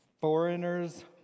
Foreigners